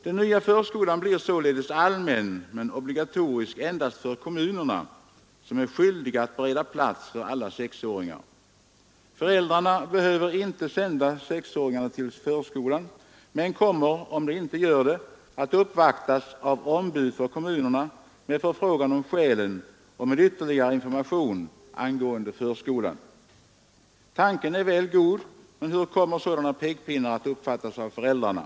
Den nya förskolan blir således allmän men obligatorisk endast för kommunerna, som är skyldiga att bereda plats för alla sexåringar. Föräldrarna behöver inte sända sexåringarna till förskolan men kommer — om de inte gör det — att uppvaktas av ombud för kommunerna med förfrågan om skälen och med ytterligare information angående förskolan. Tanken är väl god; men hur kommer sådana ”pekpinnar” att uppfattas av föräldrarna?